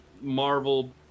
Marvel